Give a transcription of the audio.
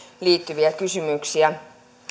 liittyviä kysymyksiä